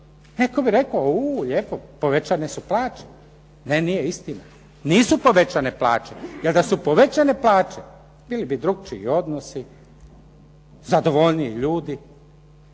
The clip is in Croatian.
Netko bi rekao a u, lijepo, povećane su plaće. Ne nije istina, nisu povećane plaće, jer da su povećane plaće bili bi drukčiji odnosi, zadovoljniji ljudi.